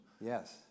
Yes